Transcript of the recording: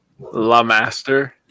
LaMaster